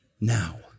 now